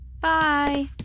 Bye